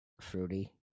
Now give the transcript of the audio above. fruity